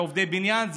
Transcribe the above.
עובדי בניין,